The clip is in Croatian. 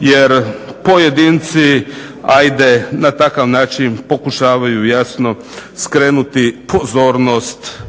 jer pojedinci ajde na takav način pokušavaju jasno skrenuti pozornost